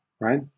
right